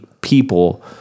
people